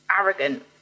arrogant